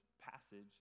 passage